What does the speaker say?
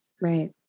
Right